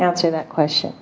answer that question